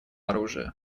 оружия